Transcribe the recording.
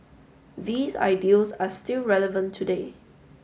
these ideals are still relevant today